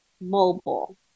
Mobile